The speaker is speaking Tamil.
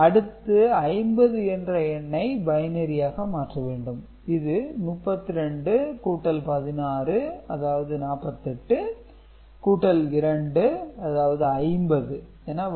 அடுத்து 50 என்ற எண்ணை பைனரி ஆக மாற்ற வேண்டும் இது 32 கூட்டல் 16 அதாவது 48 கூட்டல் 2 அதாவது 50 என வரும்